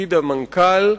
לתפקיד המנכ"ל,